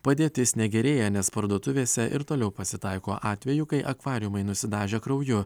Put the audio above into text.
padėtis negerėja nes parduotuvėse ir toliau pasitaiko atvejų kai akvariumai nusidažę krauju